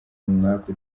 umwaku